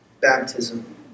baptism